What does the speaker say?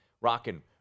rocking –